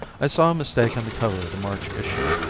i saw a mistake on the cover of the march issue.